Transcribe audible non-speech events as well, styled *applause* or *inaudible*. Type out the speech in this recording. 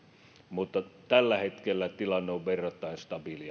mutta tällä hetkellä tilanne on verrattain stabiili *unintelligible*